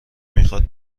میخواد